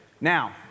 Now